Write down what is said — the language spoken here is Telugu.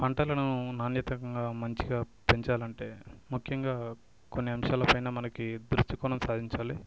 పంటలను నాణ్యతగా మంచిగా పెంచాలంటే ముఖ్యంగా కొన్ని అంశాల పైన మనకి దృష్టి కొనసాగించాలి